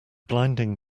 blinding